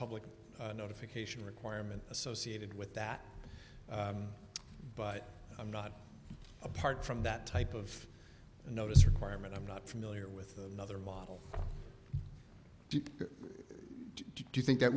public notification requirement associated with that but i'm not apart from that type of notice requirement i'm not familiar with another model do you think that